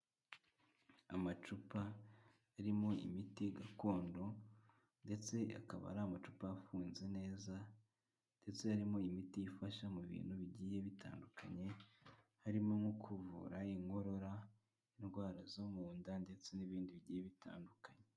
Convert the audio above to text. Amacupa arimo imiti gakondo ndetse akaba ari amacupa afunze neza ndetse harimo imiti ifasha mu bintu bigiye bitandukanye, harimo nko kuvura inkorora, indwara zo mu nda ndetse n'ibindi bigiye bitandukanye.